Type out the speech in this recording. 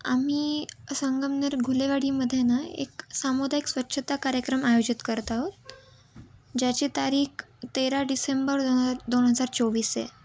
आम्ही संगमनेर घुलेवाडीमध्ये ना एक सामुदायिक स्वच्छता कार्यक्रम आयोजित करत आहोत ज्याची तारीख तेरा डिसेंबर दोन ह दोन हजार चोवीस आहे